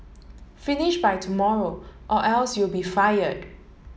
finish by tomorrow or else you'll be fired